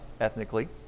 ethnically